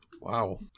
Wow